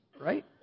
right